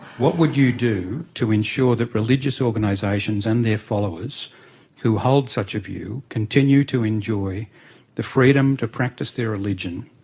what would you do to ensure that religious organisations and their followers who hold such a view continue to enjoy the freedom to practice their religion,